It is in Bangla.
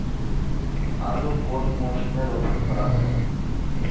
আলু কোন মরশুমে রোপণ করা হয়?